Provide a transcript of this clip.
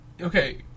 Okay